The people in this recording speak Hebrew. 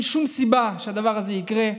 אין שום סיבה שהדבר הזה יקרה.